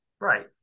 right